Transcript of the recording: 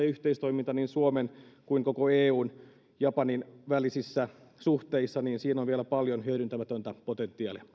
yhteistoiminnassa niin suomen kuin koko eun ja japanin välisissä suhteissa on vielä paljon hyödyntämätöntä potentiaalia